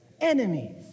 enemies